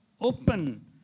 open